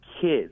kids